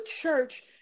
church